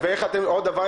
עוד דבר,